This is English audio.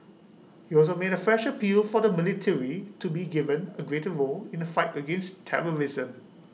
he also made A fresh appeal for the military to be given A greater role in the fight against terrorism